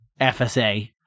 FSA